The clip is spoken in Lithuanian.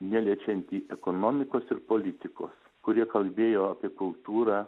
neliečiantį ekonomikos ir politikos kurie kalbėjo apie kultūrą